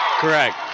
Correct